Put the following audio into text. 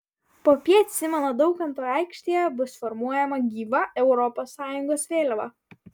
popiet simono daukanto aikštėje bus formuojama gyva europos sąjungos vėliava